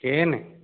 chain